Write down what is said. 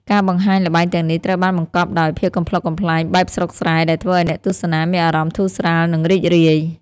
ការបង្ហាញល្បែងទាំងនេះត្រូវបានបង្កប់ដោយ ភាពកំប្លុកកំប្លែងបែបស្រុកស្រែ ដែលធ្វើឲ្យអ្នកទស្សនាមានអារម្មណ៍ធូរស្រាល និងរីករាយ។